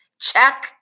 Check